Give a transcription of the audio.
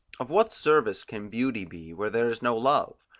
of what service can beauty be, where there is no love?